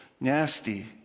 nasty